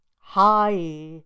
Hi